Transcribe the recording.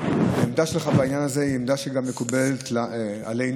העמדה שלך בעניין הזה היא עמדה שמקובלת גם עלינו.